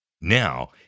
Now